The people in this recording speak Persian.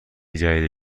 جدید